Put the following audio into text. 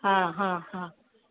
हा हा हा